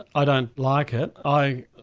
i don't like it. i